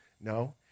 No